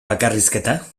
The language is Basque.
bakarrizketa